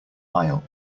aisle